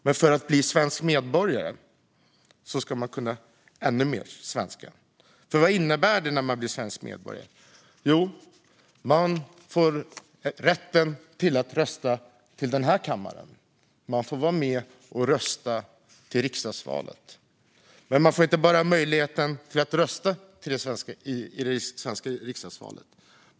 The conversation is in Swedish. Men för att bli svensk medborgare ska man kunna ännu mer svenska. Vad innebär det då när man blir svensk medborgare? Jo, man får rätten att rösta till den här kammaren. Man får vara med och rösta i riksdagsvalet. Men man får inte bara möjligheten att rösta i det svenska riksdagsvalet.